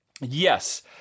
yes